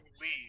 leave